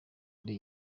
ari